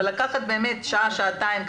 לקחת שעה-שעתיים,